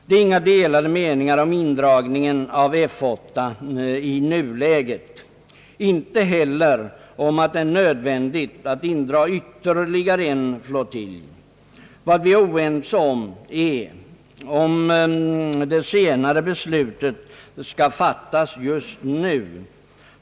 Det råder inga delade meningar om indragning av F 8 i nuläget och inte heller om att det är nödvändigt att dra in ytterligare en flottilj. Vad vi är oense om är om det senare beslutet skall fattas just nu.